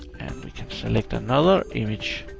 and we can select another image.